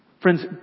Friends